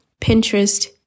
Pinterest